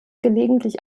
gelegentlich